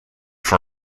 for